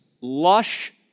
lush